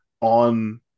on